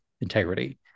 integrity